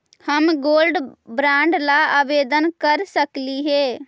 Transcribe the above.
हम gold bond ला आवेदन कर सकली हे?